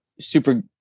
super